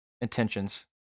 intentions